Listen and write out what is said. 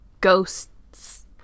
ghosts